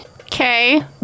Okay